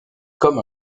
comme